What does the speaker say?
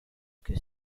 que